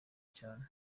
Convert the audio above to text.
cyane